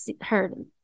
heard